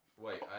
Wait